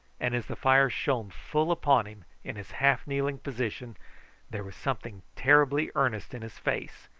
and as the fire shone full upon him in his half-kneeling position there was something terribly earnest in his face,